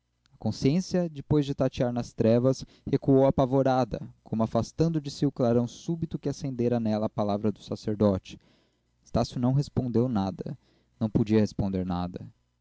consciência depois de tatear nas trevas recuou apavorada como afastando de si o clarão súbito que acendera nela a palavra do sacerdote estácio não respondeu nada não podia responder nada